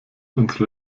unsere